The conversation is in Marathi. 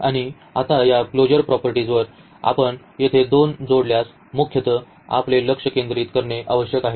आणि आता या क्लोजर प्रॉपर्टीजवर आपण येथे दोन जोडल्यास मुख्यत आपले लक्ष केंद्रित करणे आवश्यक आहे